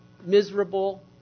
miserable